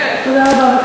תודה רבה.